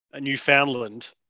newfoundland